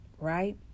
right